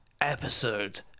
Episode